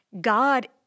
God